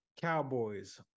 Cowboys